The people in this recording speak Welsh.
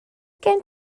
gen